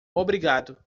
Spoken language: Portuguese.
obrigado